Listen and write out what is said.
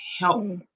help